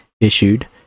issued